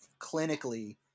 clinically